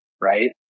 right